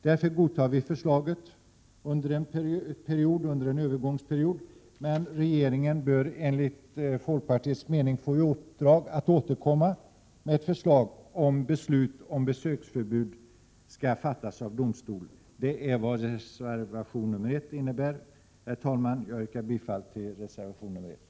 Därför godtar vi förslaget under en övergångsperiod, men regeringen bör enligt folkpartiets mening få i uppdrag att återkomma med ett förslag om att beslut om besöksförbud skall fattas av domstol. Detta är vad reservation 1 innebär. Herr talman! Jag yrkar bifall till reservation 1.